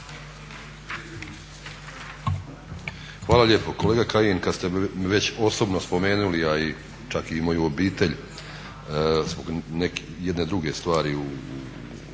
Hvala lijepo. Kolega Kajin, kad ste me već osobno spomenuli, a i čak i moju obitelj zbog jedne druge stvari